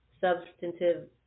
substantive